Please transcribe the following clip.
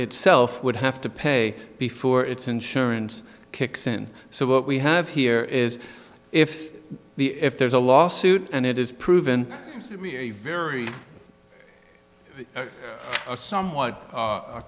itself would have to pay before its insurance kicks in so what we have here is if the if there's a lawsuit and it is proven very or somewhat